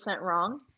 wrong